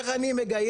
איך אני מגייס,